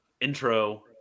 Intro